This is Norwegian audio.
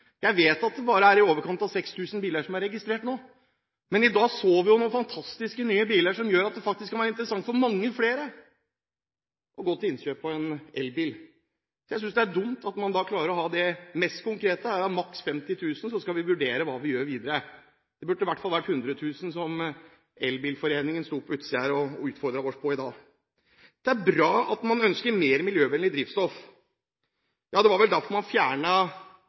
Jeg vet at det bare er i overkant av 6 000 biler som er registrert nå, men i dag så vi noen fantastiske nye biler som gjør at det faktisk kan være interessant for mange flere å gå til innkjøp av en elbil. Jeg synes det er dumt at det mest konkrete man klarer her, er maks 50 000, så skal vi vurdere hva vi gjør videre. Det burde i hvert fall vært 100 000, som Elbilforeningen sto på utsiden her og utfordret oss på i dag. Det er bra at man ønsker mer miljøvennlig drivstoff. Ja, det var vel derfor man